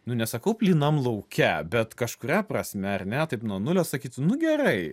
nu nesakau plynam lauke bet kažkuria prasme ar ne taip nuo nulio sakytų nu gerai